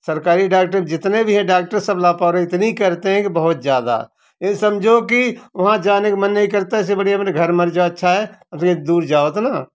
सरकारी डॉक्टर जितने भी हैं डॉक्टर सब लापरवाही इतनी करते हैं कि बहुत ज्यादा ये समझो की वहाँ जाने का मन नहीं करता है इससे बढ़िया घर मर जाना अच्छा है इतनी दूर जाना नहीं